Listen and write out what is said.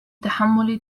تحمل